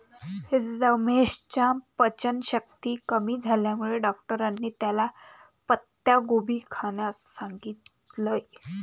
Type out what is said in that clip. रमेशच्या पचनशक्ती कमी झाल्यामुळे डॉक्टरांनी त्याला पत्ताकोबी खाण्यास सांगितलं